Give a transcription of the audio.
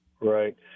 Right